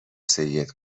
سید